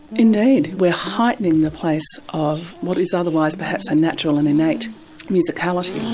indeed, we're heightening the place of what is otherwise perhaps a natural and innate musicality.